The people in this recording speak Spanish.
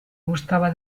gustaba